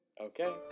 Okay